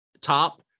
top